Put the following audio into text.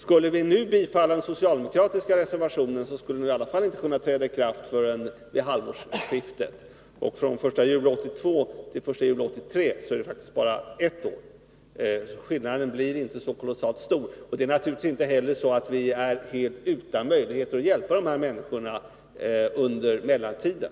Skulle vi nu bifalla den socialdemokratiska reservationen, så skulle det hela i alla fall inte kunna träda i kraft förrän vid halvårsskiftet, och från den 1 juli 1982 till den 1 juli 1983 är det faktiskt bara ett år, varför skillnaden inte blir så kolossalt stor. Det är naturligtvis inte heller så, att vi är utan möjligheter att hjälpa de här människorna under mellantiden.